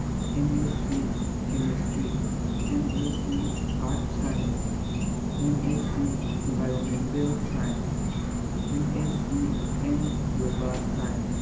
M S C chemistry M S C earth science M S C environmental science M S C and yoga science